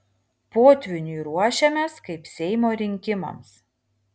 potvyniui ruošiamės kaip seimo rinkimams